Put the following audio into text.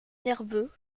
nerveux